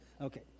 Okay